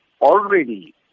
already